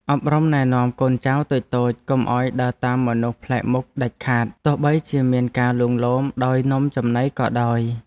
អប់រំណែនាំកូនចៅតូចៗកុំឱ្យដើរតាមមនុស្សប្លែកមុខដាច់ខាតទោះបីជាមានការលួងលោមដោយនំចំណីក៏ដោយ។